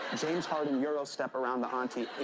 james harden euro step around the auntie